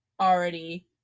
already